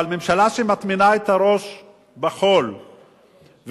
אבל ממשלה שטומנת את הראש בחול ומנסה